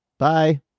Bye